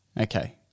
Okay